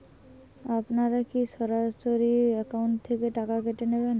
আপনারা কী সরাসরি একাউন্ট থেকে টাকা কেটে নেবেন?